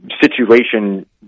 situation